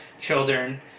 children